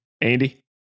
Andy